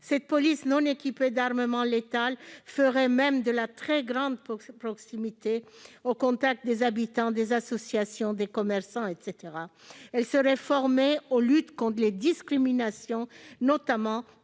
de violences ; non équipée d'armement létal, elle ferait même de la très grande proximité au contact des habitants, des associations, des commerçants, etc. Elle serait notamment formée aux luttes contre les discriminations et